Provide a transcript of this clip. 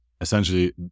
essentially